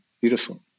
Beautiful